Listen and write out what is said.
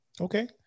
Okay